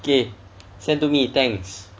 okay send to me thanks